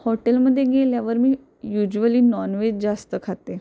हॉटेलमध्ये गेल्यावर मी युजुअली नॉन व्हेज जास्त खाते